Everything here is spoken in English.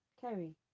Kerry